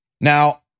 Now